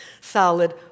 solid